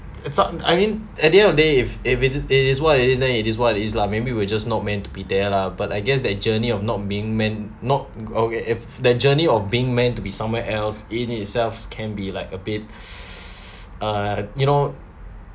it's not I mean at the end of day if it is what it is it is what it is lah maybe we're just not meant to be there lah but I guess that journey of not being meant not okay if the journey of being meant to be somewhere else in itself can be like a bit s~ uh you know